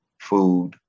food